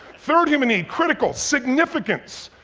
third human need, critical, significance.